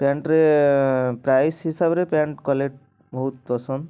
ପ୍ୟାଣ୍ଟରେ price ହିସାବରେ pant quality ବହୁତ ପସନ୍ଦ